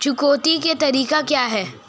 चुकौती के तरीके क्या हैं?